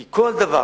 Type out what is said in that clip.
כי כל דבר,